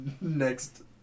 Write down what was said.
next